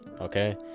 Okay